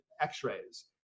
x-rays